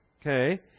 Okay